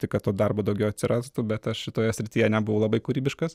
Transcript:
tai kad to darbo daugiau atsirastų bet aš šitoje srityje nebuvau labai kūrybiškas